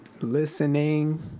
listening